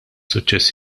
suċċess